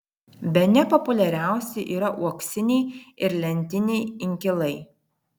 bene populiariausi yra uoksiniai ir lentiniai inkilai